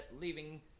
leaving